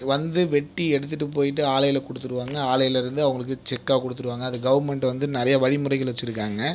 வந்து வெட்டி எடுத்துட்டு போய்ட்டு ஆலையில் கொடுத்துருவாங்க ஆலையில் இருந்து அவங்களுக்கு செக்காக கொடுத்துருவாங்க அதை கவர்மென்ட் வந்து நெறைய வழிமுறைகள் வெச்சிருக்காங்க